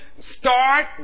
start